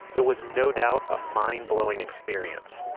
it was no doubt a mind-blowing experience.